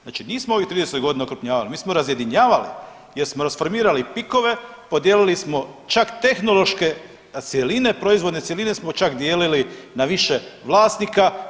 Znači nismo ovih 30 godina okrupnjavali, mi smo razjedinjavali jer smo rasformirali PIK-ove, podijelili smo čak tehnološke cjeline proizvodne cjeline smo čak dijelili na više vlasnika.